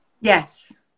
Yes